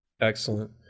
Excellent